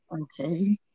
Okay